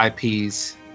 IPs